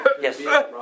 yes